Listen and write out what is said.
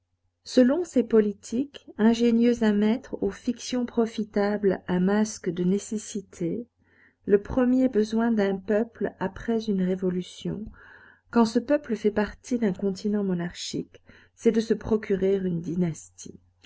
selon ces politiques ingénieux à mettre aux fictions profitables un masque de nécessité le premier besoin d'un peuple après une révolution quand ce peuple fait partie d'un continent monarchique c'est de se procurer une dynastie